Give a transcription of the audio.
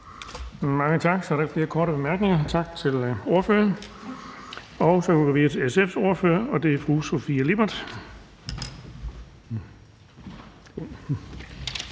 Mange tak. Så er der ikke flere korte bemærkninger. Tak til ordføreren. Så går vi videre til SF's ordfører, og det er fru Sofie Lippert.